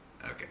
Okay